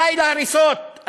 די להריסות.